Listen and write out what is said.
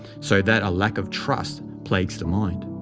so that a lack of trust plagues the mind.